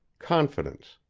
confidence,